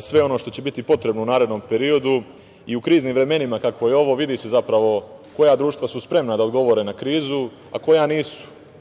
sve ono što će biti potrebno u narednom periodu i u kriznim vremenima kakvo je ovo. Vidi se zapravo koja društva su spremna da odgovore na krizu, a koja nisu.